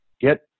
get